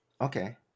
Okay